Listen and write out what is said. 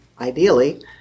ideally